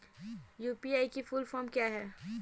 UPI की full form क्या है?